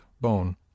bone